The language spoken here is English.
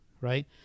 right